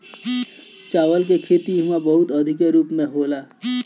चावल के खेती इहा बहुते अधिका रूप में होला